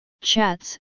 chats